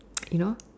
you know